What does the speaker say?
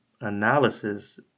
analysis